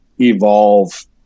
evolve